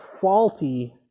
faulty